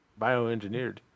bioengineered